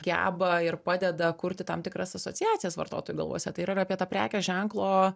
geba ir padeda kurti tam tikras asociacijas vartotojų galvose tai ir yra apie tą prekės ženklo